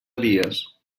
dies